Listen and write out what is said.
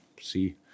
See